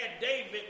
David